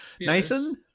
Nathan